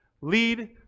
Lead